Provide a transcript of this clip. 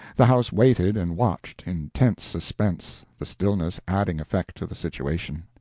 the house waited and watched, in tense suspense, the stillness adding effect to the situation.